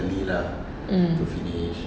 mm